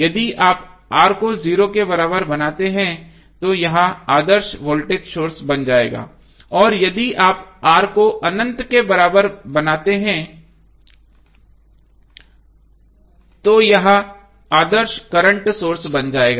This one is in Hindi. यदि आप R को 0 के बराबर बनाते हैं तो यह आदर्श वोल्टेज सोर्स बन जाएगा और यदि आप R को अनंत के बराबर बनाते हैं तो यह आदर्श करंट सोर्स बन जाएगा